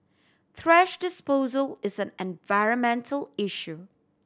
thrash disposal is an environmental issue